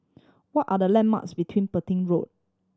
what are the landmarks between Petain Road